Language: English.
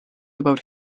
about